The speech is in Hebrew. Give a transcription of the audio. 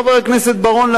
חבר הכנסת בר-און,